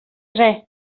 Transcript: res